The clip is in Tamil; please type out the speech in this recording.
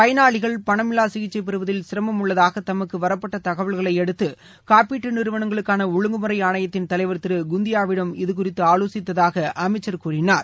பயனாளிகள் பணமில்லா சிகிச்சை பெறுவதில் சிரமம் உள்ளதாக தமக்கு வரப்பட்ட தகவல்களை அடுத்து காப்பீட்டு நிறுவனங்களுக்கான ஒழுங்குமுறை ஆணையத்தின் தலைவர் திரு குந்தியாவிடம் இதுகுறித்து ஆலோசித்ததாக அமைச்சர் கூறினார்